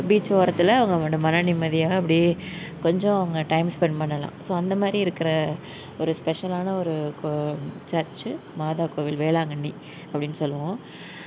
beach ஓரத்தில் அவங்க மன நிம்மதியாக அப்படியே கொஞ்சம் அவங்க டைம் ஸ்பெண்ட் பண்ணலாம் ஸோ அந்தமாதிரி இருக்கிற ஒரு ஸ்பெஷலான ஒரு கோ சர்ச்சு மாதா கோவில் வேளாங்கண்ணி அப்படின்னு சொல்லுவோம்